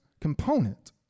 component